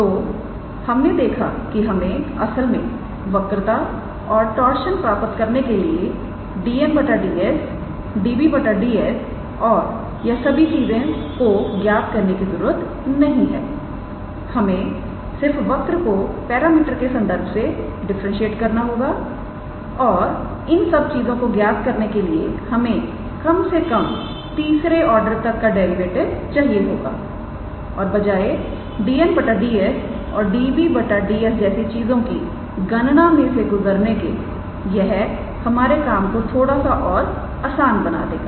तो हमने देखा कि हमें असल में वक्रता और टार्शन प्राप्त करने के लिए 𝑑𝑛̂ 𝑑𝑠 𝑑𝑏̂ 𝑑𝑠 और यह सभी चीजें को ज्ञात करने की जरूरत नहीं है हमें सिर्फ वक्र को पैरामीटर के संदर्भ से डिफरेंटशिएट करना होगा और इन सब चीजों को ज्ञात करने के लिए हमें कम से कम तीसरे ऑर्डर तक का डेरिवेटिव चाहिए होगा और बजाय 𝑑𝑛̂ 𝑑𝑠 और 𝑑𝑏̂ 𝑑𝑠 जैसी चीजों की गणना में से गुजरने के यह हमारे काम को थोड़ा सा और आसान बना देगा